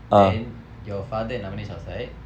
then your father and navinesh outside